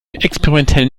experimentellen